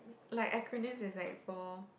like acronym is like for